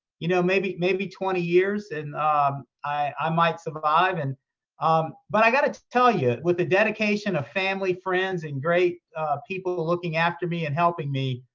you know maybe maybe twenty years and um i might survive. and um but i gotta tell you with the dedication of family, friends, and great people looking after me and helping me,